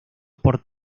por